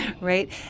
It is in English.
right